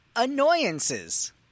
Annoyances